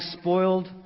spoiled